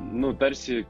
nu tarsi